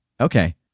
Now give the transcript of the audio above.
Okay